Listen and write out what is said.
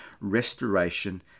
restoration